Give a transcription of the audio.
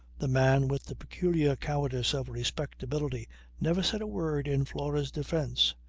the man with the peculiar cowardice of respectability never said a word in flora's defence.